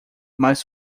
mais